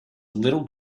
little